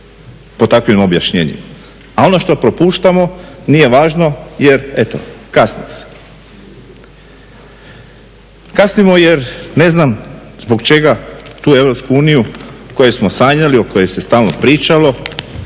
pod takvim rješenjem. A ono što propuštamo nije važno jer eto kasni se. Kasnimo jer ne znam zbog čega tu EU koju smo sanjali o kojoj se stalno pričalo